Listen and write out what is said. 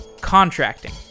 Contracting